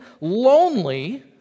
lonely